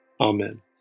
Amen